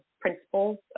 principles